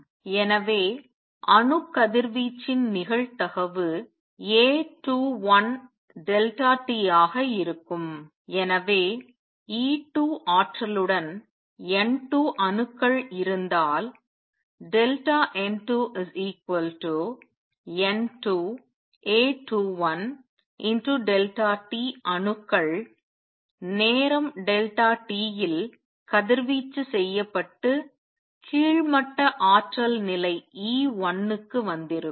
எனவே அணு கதிர்வீச்சின் நிகழ்தகவு A21 t ஆக இருக்கும் எனவே E2 ஆற்றலுடன் N 2 அணுக்கள் இருந்தால் N2 N2A21t அணுக்கள் நேரம் t இல் கதிர்வீச்சு செய்யப்பட்டு கீழ்மட்ட ஆற்றல் நிலை E1 க்கு வந்திருக்கும்